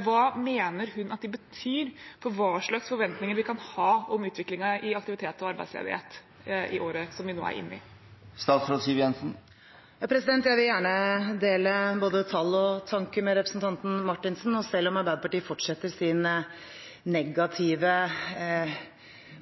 Hva mener hun at de betyr for hva slags forventninger vi kan ha om utviklingen i aktivitet og arbeidsledighet i året som vi nå er inne i? Jeg vil gjerne dele både tall og tanker med representanten Marthinsen, og selv om Arbeiderpartiet fortsetter sin negative